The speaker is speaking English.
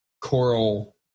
coral